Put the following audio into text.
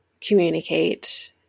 communicate